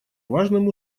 важным